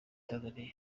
tanzania